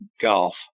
golf